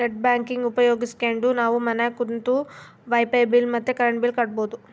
net banking ಉಪಯೋಗಿಸ್ಕೆಂಡು ನಾವು ಮನ್ಯಾಗ ಕುಂತು ವೈಫೈ ಬಿಲ್ ಮತ್ತೆ ಕರೆಂಟ್ ಬಿಲ್ ಕಟ್ಬೋದು